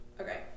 Okay